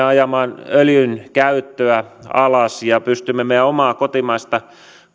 ajamaan öljyn käyttöä alas ja pystymme meidän omaa kotimaista